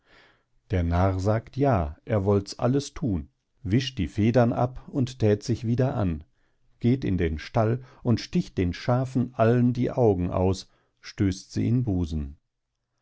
der narr sagt ja er wollts alles thun wischt die federn ab und thät sich wieder an geht in den stall und sticht den schafen allen die augen aus stößt sie in busen